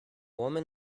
woman